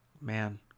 man